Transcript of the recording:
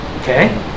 Okay